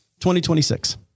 2026